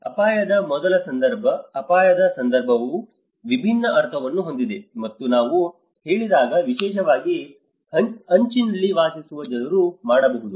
ಅಪಾಯದ ಮೊದಲ ಸಂದರ್ಭ ಅಪಾಯದ ಸಂದರ್ಭವು ವಿಭಿನ್ನ ಅರ್ಥವನ್ನು ಹೊಂದಿದೆ ಎಂದು ನಾವು ಹೇಳಿದಾಗ ವಿಶೇಷವಾಗಿ ಅಂಚಿನಲ್ಲಿ ವಾಸಿಸುವ ಜನರು ಮಾಡಬಹುದು